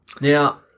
Now